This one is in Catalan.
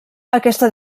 aquesta